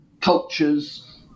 cultures